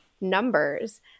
numbers